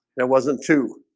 now wasn't to